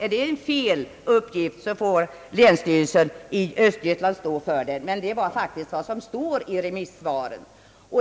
är det fel uppgift så får länsstyrelsen i Östergötland stå för den, men detta är faktiskt vad som står i deras remissvar.